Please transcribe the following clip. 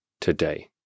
today